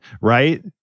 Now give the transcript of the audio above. right